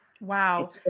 Wow